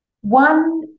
One